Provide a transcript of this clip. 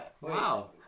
Wow